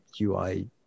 UI